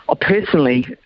Personally